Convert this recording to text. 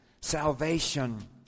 salvation